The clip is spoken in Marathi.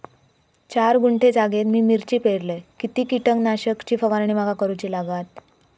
चार गुंठे जागेत मी मिरची पेरलय किती कीटक नाशक ची फवारणी माका करूची लागात?